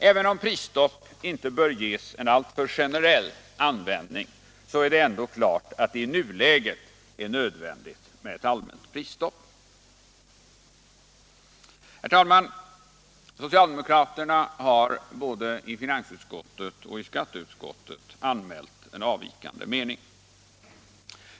Även om prisstopp inte bör ges en alltför generell användning är det ändå klart att det i nuläget är nödvändigt med ett allmänt prisstopp. Herr talman! Socialdemokraterna har både i finansutskottet och i skatteutskottet anmält en avvikande mening.